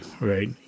Right